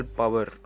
power